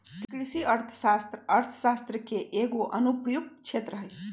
कृषि अर्थशास्त्र अर्थशास्त्र के एगो अनुप्रयुक्त क्षेत्र हइ